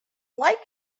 like